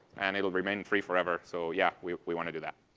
and it will remain free forever. so yeah. we we want to do that.